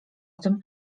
tym